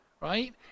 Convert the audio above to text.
right